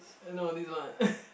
eh no this one